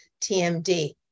TMD